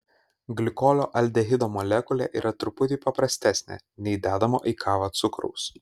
glikolio aldehido molekulė yra truputį paprastesnė nei dedamo į kavą cukraus